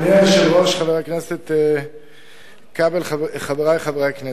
אדוני היושב-ראש, חבר הכנסת כבל, חברי חברי הכנסת,